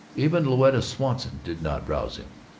even louetta swanson did not rouse him.